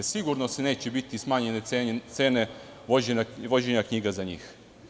Sigurno neće biti smanjene cene vođenja knjiga za njih.